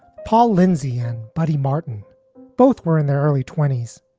paul, lindsey and buddy martin both were in their early twenty s.